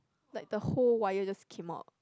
like the whole wire just came out